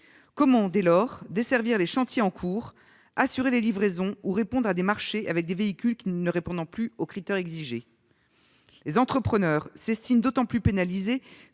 Comment desservir les chantiers en cours, assurer les livraisons ou répondre à des marchés avec des véhicules ne correspondant plus aux critères exigés ? Ces entrepreneurs s'estiment d'autant plus pénalisés